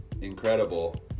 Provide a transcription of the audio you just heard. incredible